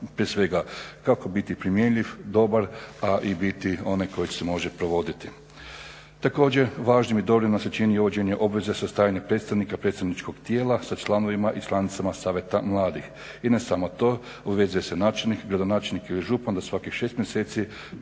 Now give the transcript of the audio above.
prije svega jako biti primjenjiv, dobar, a i biti onaj koji se može provoditi. Također, važnim i dobrim nam se čini uvođenje obveze sastajanja predstavnika i predstavničkog tijela sa članovima i članicama Savjeta mladih. I ne samo to, obvezuje se načelnike, gradonačelnike i župane da svakih 6 mjeseci